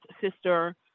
sister